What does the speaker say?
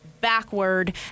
backward